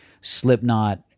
Slipknot